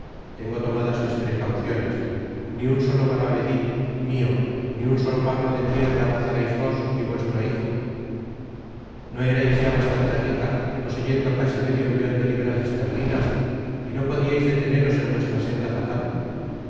tengo tomadas mis precauciones ni un solo maravedi mio ni un solo palmo de tierra gozareis vos ni vuestro hijo no erais ya bastante rica poseyendo casi medio millon de libras esterlinas y no podiais deteneros en vuestra senda fatal